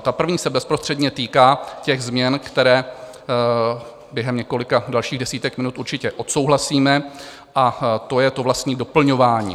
Ta první se bezprostředně týká změn, které během několika dalších desítek minut určitě odsouhlasíme, a to je to vlastní doplňování.